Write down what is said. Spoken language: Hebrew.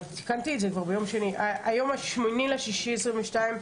היום 8 ביוני 2022,